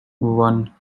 one